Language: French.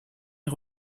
est